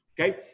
Okay